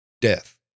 death